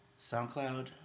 SoundCloud